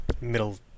middle